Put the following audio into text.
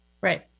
Right